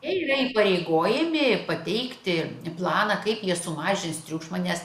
jie yra įpareigojami pateikti planą kaip jie sumažins triukšmą nes